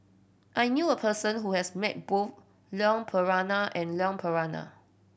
I knew a person who has met both Leon Perera and Leon Perera